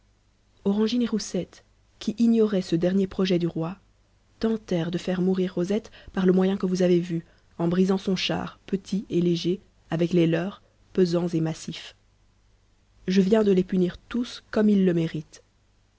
et roussette qui ignoraient ce dernier projet du roi tentèrent de faire mourir rosette par le moyen que vous avez vu en brisant son char petit et léger avec les leurs pesants et massifs je viens de les punir tous comme ils le méritent